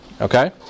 Okay